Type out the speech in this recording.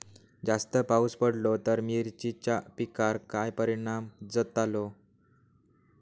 जास्त पाऊस पडलो तर मिरचीच्या पिकार काय परणाम जतालो?